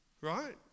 right